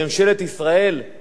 אני שואל את עצמי שאלה אחת,